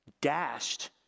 dashed